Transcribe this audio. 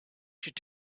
should